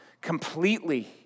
completely